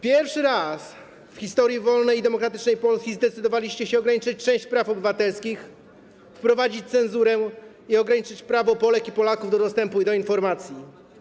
Pierwszy raz w historii wolnej i demokratycznej Polski zdecydowaliście się ograniczyć część praw obywatelskich, wprowadzić cenzurę i ograniczyć prawo Polek i Polaków do dostępu do informacji.